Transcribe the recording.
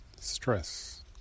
stress